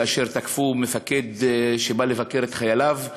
כאשר תקפו מפקד שבא לבקר את חייליו,